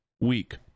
week